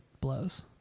blows